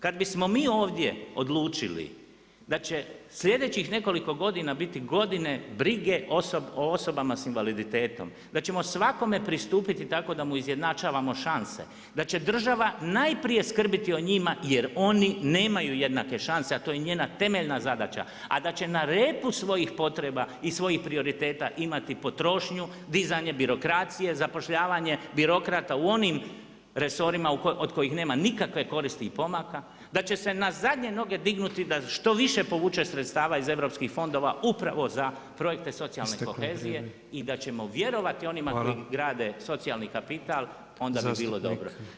Kada bismo mi ovdje odlučili da će sljedećih nekoliko godina biti godine brige o osobama s invaliditetom, da ćemo svakome pristupiti tako da mu izjednačavamo šanse, da će država najprije skrbiti o njima jer oni nemaju jednake šanse, a to je njena temeljna zadaća, a da će na repu svojih potreba i svojih prioriteta imati potrošnju, dizanje birokracije, zapošljavanje birokrata u onim resorima od kojih nema nikakve koristi i pomaka, da će se na zadnje noge dignuti da što više povuče sredstava iz europskih fondova upravo za projekte socijalne kohezije i da ćemo vjerovati onima koji grade socijalni kapital onda bi bilo dobro.